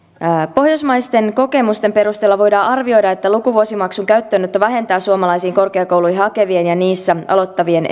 pohjoismaisten kokemusten perusteella voidaan arvioida että lukuvuosimaksun käyttöönotto vähentää suomalaisiin korkeakouluihin hakevien ja niissä aloittavien